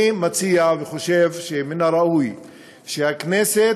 אני מציע וחושב שמן הראוי שהכנסת